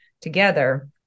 together